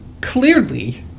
clearly